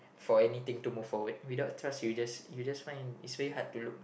or anything to move forward without trust you just you just find it's very hard to look